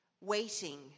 waiting